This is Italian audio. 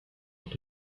per